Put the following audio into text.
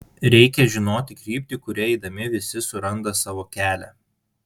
reikia žinoti kryptį kuria eidami visi suranda savo kelią